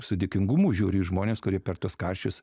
su dėkingumu žiūriu į žmones kurie per tuos karčius